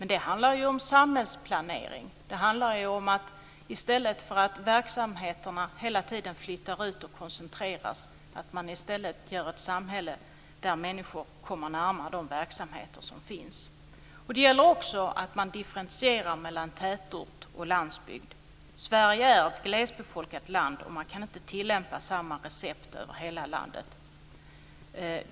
Men det handlar om samhällsplanering. Det handlar om att i stället för att verksamheterna hela tiden flyttar ut och koncentreras skapa ett samhälle där människor kommer närmare de verksamheter som finns. Det gäller också att man differentierar mellan tätort och landsbygd. Sverige är ett glesbefolkat land och man kan inte tillämpa samma recept över hela landet.